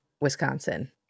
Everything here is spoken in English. Wisconsin